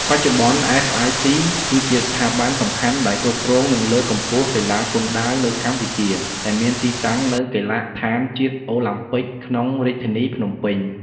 បច្ចុប្បន្ន អ្វេស អាយ សុី គឺជាស្ថាប័នសំខាន់ដែលគ្រប់គ្រងនិងលើកកម្ពស់កីឡាគុនដាវនៅកម្ពុជាដែលមានទីតាំងនៅកីឡដ្ឋានជាតិអូឡាំពិកក្នុងរាជធានីភ្នំពេញ។